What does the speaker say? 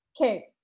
Okay